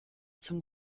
zum